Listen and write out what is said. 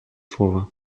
słowa